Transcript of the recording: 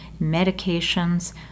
medications